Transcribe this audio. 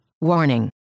Warning